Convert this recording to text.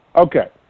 Okay